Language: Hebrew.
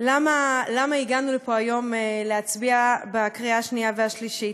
למה הגענו לפה היום להצביע בקריאה השנייה והשלישית.